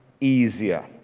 easier